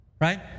right